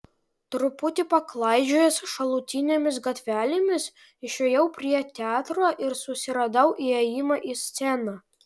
truputį paklaidžiojęs šalutinėmis gatvelėmis išėjau prie teatro ir susiradau įėjimą į sceną